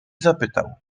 zapytał